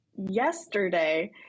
Yesterday